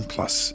Plus